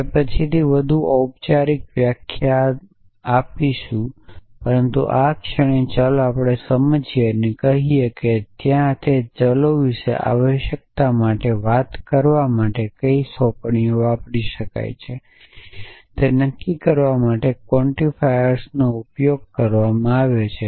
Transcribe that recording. આપણે પછીથી વધુ ઑપચારિક વ્યાખ્યામાં આવીશું પરંતુ આ ક્ષણે ચાલો આપણે સમજીએ અને કહીએ કે ત્યાં તે ચલો વિશે આવશ્યકતા માટે વાત કરવા માટે કયા સોંપણીઓ વાપરી શકાય છે તે નક્કી કરવા માટે ક્વોન્ટિફાયર્સનો ઉપયોગ કરવામાં આવે છે